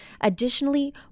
Additionally